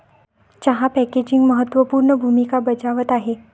चहा पॅकेजिंग महत्त्व पूर्ण भूमिका बजावत आहे